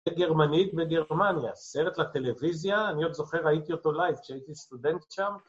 גרמנית בגרמניה, סרט לטלוויזיה, אני עוד זוכר ראיתי אותו לייב כשהייתי סטודנט שם.